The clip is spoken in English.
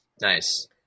Nice